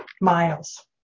Miles